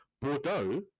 Bordeaux